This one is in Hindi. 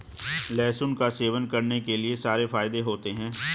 लहसुन का सेवन करने के कई सारे फायदे होते है